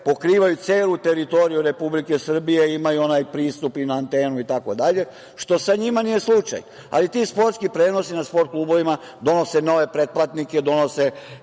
pokrivaju celu teritoriju Republike Srbije, imaju onaj pristup i na antenu itd, što sa njima nije slučaj. Ali, ti sportski prenosi na sport klubovima donose nove pretplatnike, donose